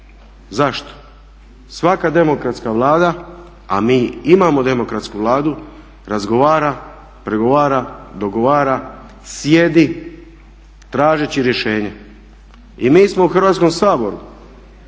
Zašto? Svaka demokratska vlada, a mi imamo demokratsku vladu razgovara, pregovara, dogovara, sjedi tražeći rješenje. I mi smo u Hrvatskom saboru